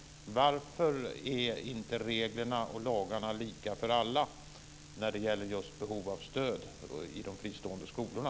Varför är inte reglerna och lagarna lika för alla när det gäller just behov av stöd i de fristående skolorna?